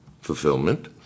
fulfillment